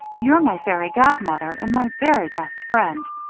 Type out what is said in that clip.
you're my fairy godmother and my very best friend.